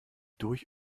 durch